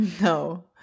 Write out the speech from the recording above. No